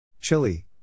Chile